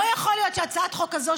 לא יכול להיות שהצעת חוק כזאת,